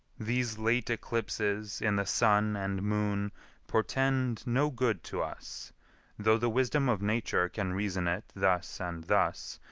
these late eclipses in the sun and moon portend no good to us though the wisdom of nature can reason it thus and thus,